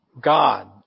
God